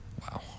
Wow